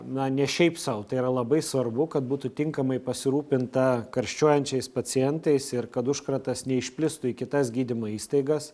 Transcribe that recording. na ne šiaip sau tai yra labai svarbu kad būtų tinkamai pasirūpinta karščiuojančiais pacientais ir kad užkratas neišplistų į kitas gydymo įstaigas